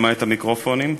למעט המיקרופונים.